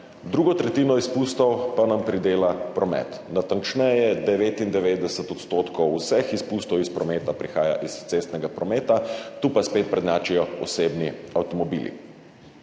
Drugo tretjino izpustov pa nam pridela promet, natančneje 99 % vseh izpustov v prometu prihaja iz cestnega prometa, tu pa spet prednjačijo osebni avtomobili.